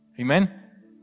Amen